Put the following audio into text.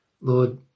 Lord